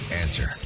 answer